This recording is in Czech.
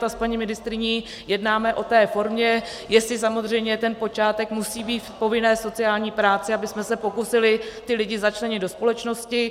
A s paní ministryní jednáme o formě, jestli samozřejmě ten počátek musí být v povinné sociální práci, abychom se pokusili ty lidi začlenit do společnosti.